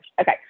Okay